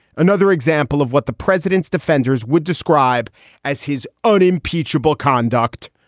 another example of what the president's defenders would describe as his own impeachable conduct.